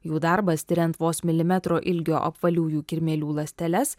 jų darbas tiriant vos milimetro ilgio apvaliųjų kirmėlių ląsteles